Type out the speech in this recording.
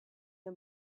the